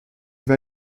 vais